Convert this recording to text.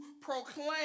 proclaim